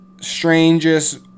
strangest